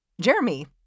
Jeremy